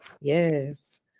Yes